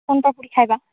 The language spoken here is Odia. ସୁନପାମ୍ପୁଡ଼ି ଖାଇବା